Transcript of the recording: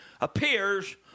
appears